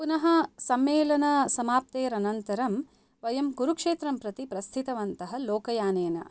पुनः सम्मेलनसमाप्तेरनन्तरं वयं कुरुक्षेत्रं प्रति प्रस्थितवन्तः लोकयानेन